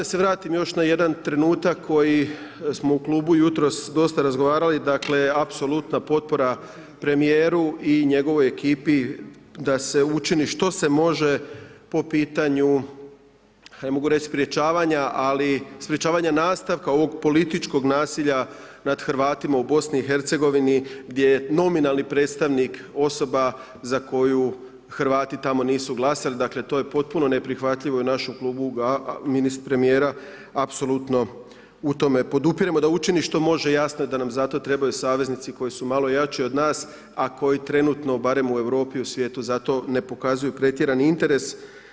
Da se vratim na još jedan trenutak, koji smo u klubu jutros dosta razgovarali, dakle, apsolutno potpora premjeru i njegovoj ekipi, da se učini što se može po pitanju, ne mogu reći sprječavanja, ali sprječavanja nastavka ovog političkog nasilja n ad Hrvatima u BIH, gdje je nominalni predstavnik osoba za koju Hrvati tamo nisu glasali, dakle, to je potpuno neprihvatljivo i u našem klubu, a premjera apsolutno u tome podupire, da učini što može jasno i da nam za to trebaju savjetnici koji su malo jači od nas, a koji trenutno barem u Europi, u svijetu, za to ne pokazuju pretjerani interes.